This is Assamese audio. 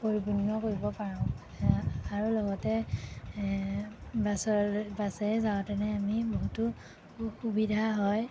পৰিপূৰ্ণ কৰিব পাৰোঁ এ আৰু লগতে এ বাছৰে বাছেৰে যাওঁতেনে আমি বহুতো সুবিধা হয়